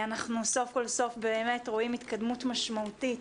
אנחנו סוף כל סוף באמת רואים התקדמות משמעותית